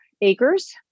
acres